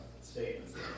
statements